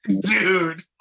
Dude